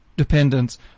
Dependence